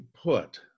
put